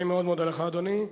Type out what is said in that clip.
אני מאוד מודה לך, אדוני.